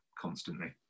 constantly